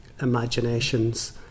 imaginations